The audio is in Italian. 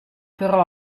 però